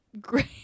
great